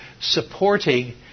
supporting